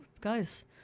guys